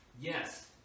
yes